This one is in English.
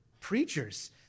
preachers